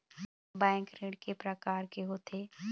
Bank ऋण के प्रकार के होथे?